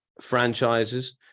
franchises